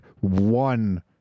one